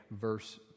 verse